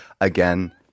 Again